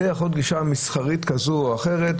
זו יכולה להיות גישה מסחרית כזאת או אחרת,